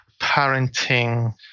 parenting